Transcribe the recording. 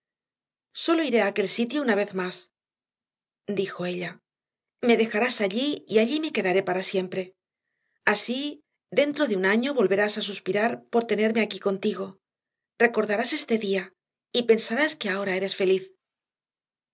sólo iré a aquel sitio una vez más dijo ella me dejarás allí y allí me quedaré para siempre así dentro de un año volverás a suspirar por tenerme aquí contigo recordarás este día y pensarás que ahora eres feliz